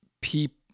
people